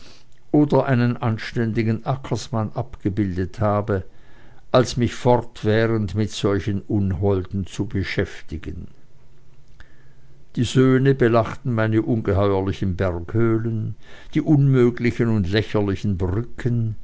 oder einen anständigen ackersmann abgebildet habe als mich fortwährend mit solchen unholden zu beschäftigen die söhne belachten meine ungeheuerlichen berghöhlen die unmöglichen und lächerlichen brücken